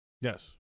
Yes